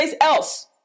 else